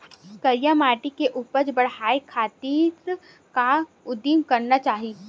करिया माटी के उपज बढ़ाये खातिर का उदिम करना चाही?